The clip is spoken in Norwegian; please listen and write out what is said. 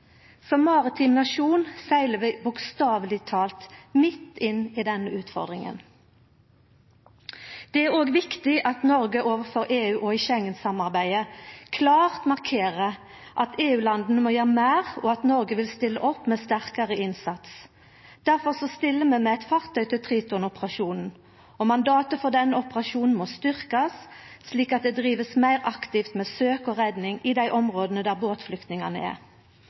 maritim nasjon seglar vi bokstaveleg talt midt inn i den utfordringa. Det er òg viktig at Noreg overfor EU og i Schengen-samarbeidet klart markerer at EU-landa må gjera meir, og at Noreg vil stilla opp med sterkare innsats. Difor stiller vi med eit fartøy til Triton-operasjonen, og mandatet for denne operasjonen må bli styrkt, slik at det blir drive meir aktivt med søk og redning i dei områda der båtflyktningane er.